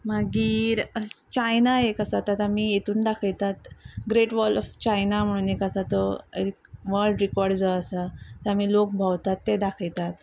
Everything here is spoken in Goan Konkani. मागीर चायना एक आसा आतां आमी हातून दाखयतात ग्रेट वॉल ऑफ चायना म्हणून एक आसा तो वल्ड रिकॉर्ड जो आसा आमी लोक भोंवतात ते दाखयतात